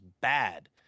bad